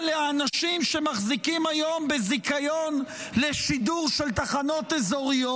לאנשים שמחזיקים היום בזיכיון לשידור של תחנות אזוריות,